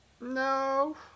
no